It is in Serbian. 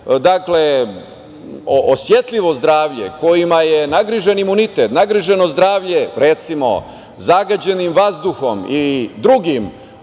imaju osetljivo zdravlje, kojima je nagrižen imunitet, nagriženo zdravlje, recimo zagađenim vazduhom i drugim